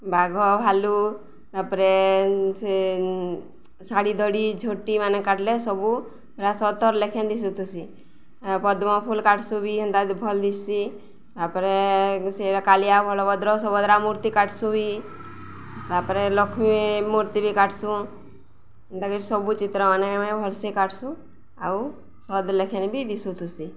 ବାଘ ଭାଲୁ ତାପରେ ସେ ଶାଢ଼ୀ ଧଡ଼ି ଝୋଟି ମାନେ କାଟିଲେ ସବୁ ପୁରା ସତର୍ ଲେଖେନ୍ ଦିଶୁଥୁସି ପଦ୍ମ ଫୁଲ କାଟସୁଁ ବି ହେନ୍ତା ଭଲ ଦିସି ତାପରେ ସେଟା କାଳିଆ ଭଲ ଭଦ୍ର ସଭଦ୍ରା ମୂର୍ତ୍ତି କାଟସୁଁ ବି ତାପରେ ଲକ୍ଷ୍ମୀ ମୂର୍ତ୍ତି ବି କାଟସୁଁ ହେନ୍ତାକରି ସବୁ ଚିତ୍ର ମାନ ଆମେ ଭଲସେ କାଟସୁଁ ଆଉ ସଦ ଲେଖେନ୍ ବି ଦିଶୁଥୁସି